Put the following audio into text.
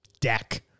deck